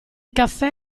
caffè